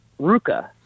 Ruka